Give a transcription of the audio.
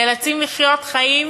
נאלצים לחיות חיים